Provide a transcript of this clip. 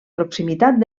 proximitat